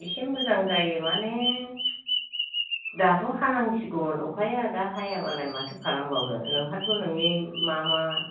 एसे मोजां जायो माने दाथ' हानांसिगौमोन अखाया दा हायाबालाय माथो खालामबावनो नोंहाथ' नोंनि मा मा